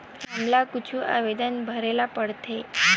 हमला कुछु आवेदन भरेला पढ़थे?